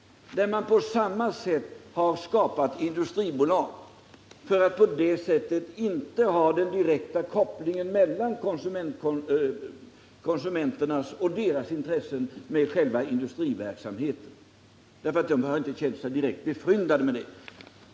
Där har man bildat industribolag för att inte behöva ha den direkta kopplingen mellan å ena sidan konsumenterna och deras intressen och å andra sidan industriverksamheten —- konsumenterna har inte känt sig direkt befryndade med denna.